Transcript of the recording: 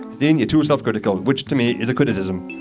dean, you're too self-critical which to me is a criticism.